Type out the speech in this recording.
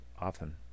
often